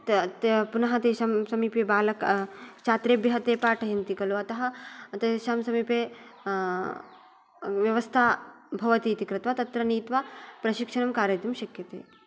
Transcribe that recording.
त त ते पुन तेषां समीपे बालक छात्रेभ्य पाठयन्ति खलु अत तेषां समीपे व्यवस्था भवतीति कृत्वा तत्र नीत्वा प्रशिक्षणं कारयितुं शक्यते